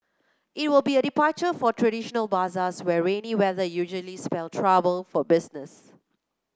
it will be a departure from traditional bazaars where rainy weather usually spell trouble for business